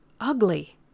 Ugly